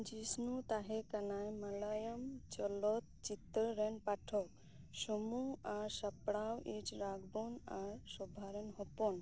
ᱡᱤᱥᱱᱩ ᱛᱟᱦᱮᱸ ᱠᱟᱱᱟᱭ ᱢᱟᱞᱭᱟᱞᱚᱢ ᱪᱚᱞᱚᱛ ᱪᱤᱛᱟᱹᱨ ᱨᱮᱱ ᱯᱟᱴᱷᱚᱠ ᱥᱳᱢᱩᱝ ᱟᱨ ᱥᱟᱯᱲᱟᱣᱤᱡ ᱨᱟᱜᱷᱵᱚᱱ ᱟᱨ ᱥᱚᱵᱷᱟᱨᱮᱱ ᱦᱚᱯᱚᱱ